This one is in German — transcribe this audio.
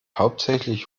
hauptsächlich